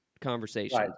conversation